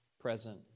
present